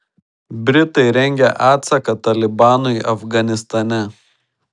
britai rengia atsaką talibanui afganistane